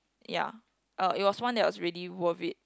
ya it was one that was really worth it